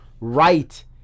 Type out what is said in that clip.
right